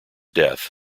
death